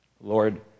Lord